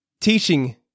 teaching